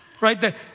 right